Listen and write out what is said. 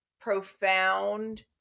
profound